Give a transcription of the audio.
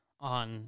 on